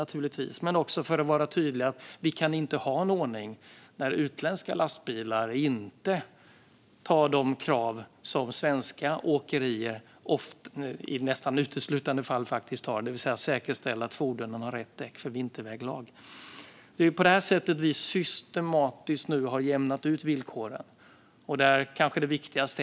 Men vi behövde också vara tydliga med att vi inte kunde ha en ordning där utländska lastbilar inte tar till sig de krav som svenska åkerier nästan uteslutande gör när de säkerställer att fordonen har rätt däck för vinterväglag. Det är så här vi systematiskt har jämnat ut villkoren, och här är mobilitetspaketet kanske det viktigaste.